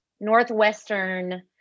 Northwestern